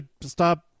stop